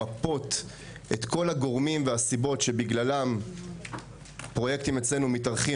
למפות את כל הגורמים והסיבות שבגללם פרויקטים אצלנו מתארכים